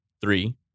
Three